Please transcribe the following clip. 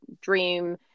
dream